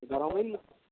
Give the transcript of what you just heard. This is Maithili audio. ग्रामीणमे